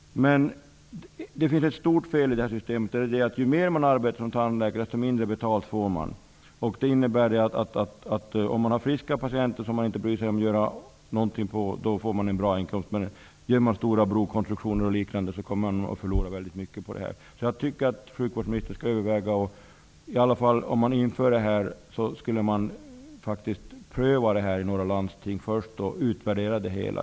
Men det finns ett stort fel i det systemet. Ju mer man arbetar som tandläkare, desto mindre betalt får man. Om man har ''friska'' patienter där man inte behöver göra något, får man en bra inkomst. Gör man stora brokonstruktioner o.dyl. kommer man att förlora väldigt mycket. Jag tycker att sjukvårdsministern skall överväga att åtminstone pröva det här systemet i några landsting och utvärdera det innan man inför det helt.